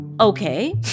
okay